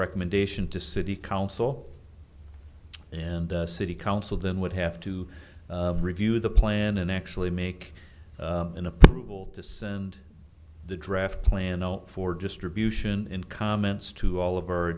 recommendation to city council and city council then would have to review the plan and actually make an approval to send the draft plan for distribution in comments to all of